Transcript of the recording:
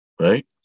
Right